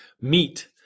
meet